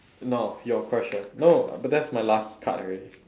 no your question no but that's my last card already